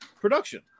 production